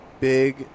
Big